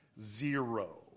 zero